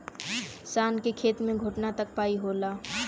शान के खेत मे घोटना तक पाई होला